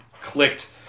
clicked